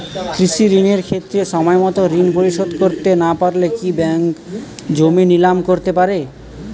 কৃষিঋণের ক্ষেত্রে সময়মত ঋণ পরিশোধ করতে না পারলে কি ব্যাঙ্ক জমি নিলাম করতে পারে?